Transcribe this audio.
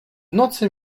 nocy